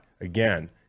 Again